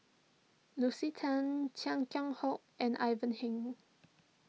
Lucy Tan Chia Keng Hock and Ivan Heng